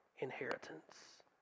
Inheritance